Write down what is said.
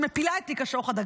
שמפילה את תיק השוחד,